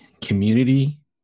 community